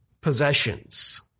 Possessions